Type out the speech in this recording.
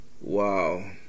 Wow